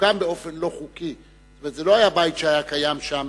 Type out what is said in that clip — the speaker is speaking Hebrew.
שהוקם באופן לא חוקי, וזה לא היה בית שהיה קיים שם